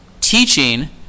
teaching